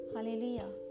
Hallelujah